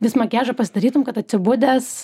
vis makiažą pasidarytum kad atsibudęs